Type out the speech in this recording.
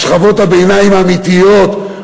על שכבות הביניים האמיתיות,